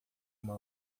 uma